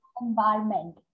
environment